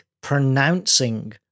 pronouncing